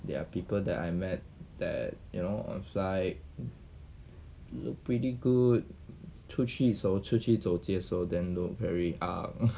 there are people that I met that you know on flight look pretty good 出去手出去走接受 them look very ah